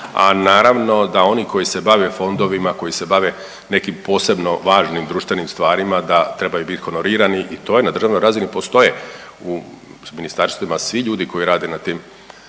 a naravno da oni koji se bave fondovima, koji se bave nekim posebno važnim društvenim stvarima da trebaju biti honorirani i to je na državnoj razini postoje. U ministarstvima svi ljudi koji rade na tim